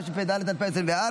התשפ"ד 2024,